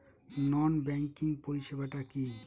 নন banking পরিষেবা টা কি?